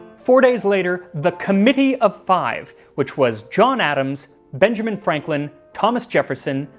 four days later the committee of five which was john adams, benjamin franklin, thomas jefferson,